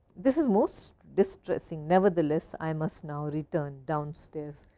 this is most distressing. nevertheless, i must now written downstairs.